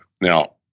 Now